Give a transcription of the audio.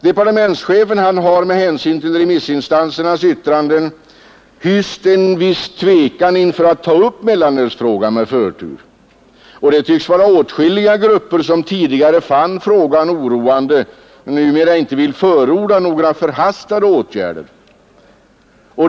Departementschefen har med hänsyn till remissinstansernas yttranden hyst en viss tvekan om att ta upp mellanölsfrågan med förtur, och åtskilliga grupper som tidigare fann frågan oroande tycks numera inte vilja förorda några förhastade åtgärder.